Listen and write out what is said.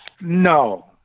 no